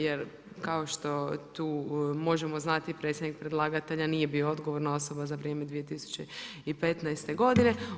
Jer, kao što tu možemo znati, predsjednik predlagatelja nije bila odgovorna osoba za vrijeme 2015. godine.